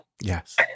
yes